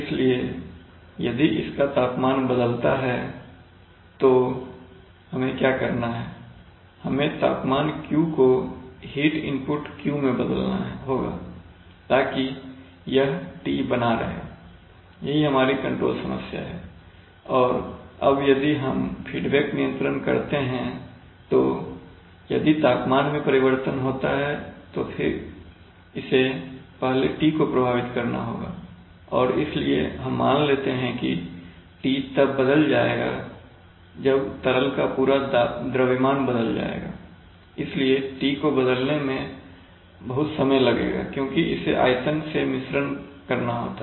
इसलिए यदि इसका तापमान बदलता है तो हमें क्या करना है हमें तापमान Q को हीट इनपुट Q में बदलना होगा ताकि यह T बना रहे यही हमारी कंट्रोल समस्या है और अब यदि हम फीडबैक नियंत्रण करते हैं तो यदि तापमान में परिवर्तन होता है तो फिर इसे पहले T को प्रभावित करना होगा और इसलिए हम मान लेते हैं कि T तब बदल जाएगा जब तरल का पूरा द्रव्यमान बदल जाएगा इसलिए T को बदलने मैं बहुत समय लगेगा क्योंकि इसे आयतन से मिश्रण करना होगा